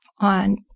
on